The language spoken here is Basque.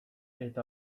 eta